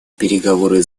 переговоры